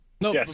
no